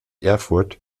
erfurt